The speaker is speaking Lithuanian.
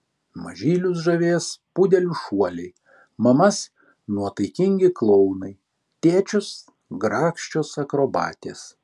mažylius žavės pudelių šuoliai mamas nuotaikingi klounai tėčius grakščios akrobatės